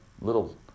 little